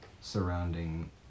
surrounding